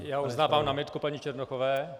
Já uznávám námitku paní Černochové.